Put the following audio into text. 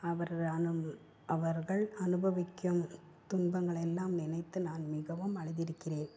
அவர் அனும் அவர்கள் அனுபவிக்கும் துன்பங்கள் எல்லாம் நினைத்து நான் மிகவும் அழுதுருக்கிறேன்